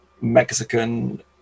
mexican